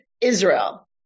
Israel